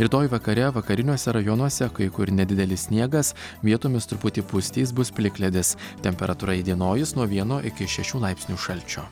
rytoj vakare vakariniuose rajonuose kai kur nedidelis sniegas vietomis truputį pustys bus plikledis temperatūra įdienojus nuo vieno iki šešių laipsnių šalčio